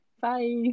Bye